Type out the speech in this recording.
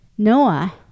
Noah